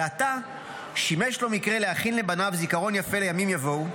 ועתה שימש לו מקרה להכין לבניו זיכרון יפה לימים יבואו,